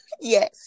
yes